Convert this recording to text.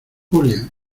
julia